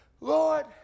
Lord